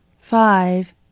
Five